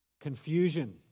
Confusion